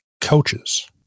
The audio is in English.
coaches